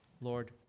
Lord